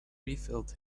refilled